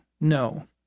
no